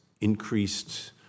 increased